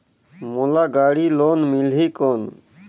मोला गाड़ी लोन मिलही कौन?